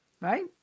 right